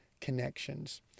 connections